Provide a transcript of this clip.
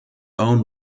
own